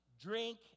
drink